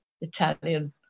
Italian